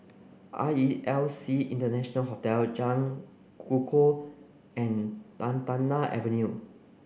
R E L C International Hotel Jalan Kukoh and Lantana Avenue